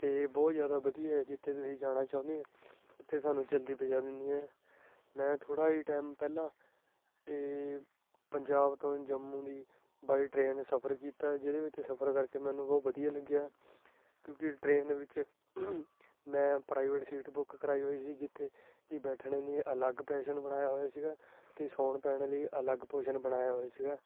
ਅਤੇ ਬਹੁਤ ਜ਼ਿਆਦਾ ਵਧੀਆ ਜਿੱਥੇ ਤੁਸੀਂ ਜਾਣਾ ਚਾਹੁੰਦੇ ਹਾਂ ਉੱਥੇ ਸਾਨੂੰ ਜਲਦੀ ਪੁਜਾ ਦਿੰਦੀਆਂ ਮੈਂ ਥੋੜ੍ਹਾ ਹੀ ਟਾਈਮ ਪਹਿਲਾਂ ਇਹ ਪੰਜਾਬ ਤੋਂ ਜੰਮੂ ਦੀ ਬਾਈ ਟਰੇਨ ਸਫਰ ਕੀਤਾ ਜਿਹਦੇ ਵਿੱਚ ਸਫਰ ਕਰਕੇ ਮੈਨੂੰ ਬਹੁਤ ਵਧੀਆ ਲੱਗਿਆ ਕਿਉਂਕਿ ਟ੍ਰੇਨ ਦੇ ਵਿੱਚ ਮੈਂ ਪ੍ਰਾਈਵੇਟ ਸੀਟ ਬੁੱਕ ਕਰਾਈ ਹੋਈ ਸੀ ਜਿੱਥੇ ਕਿ ਬੈਠਣੇ ਨੇ ਅਲੱਗ ਪੋਸ਼ਨ ਬਣਾਇਆ ਹੋਇਆ ਸੀਗਾ ਅਤੇ ਸੌਣ ਪੈਣ ਲਈ ਅਲੱਗ ਪੋਸ਼ਨ ਬਣਾਇਆ ਹੋਇਆ ਸੀਗਾ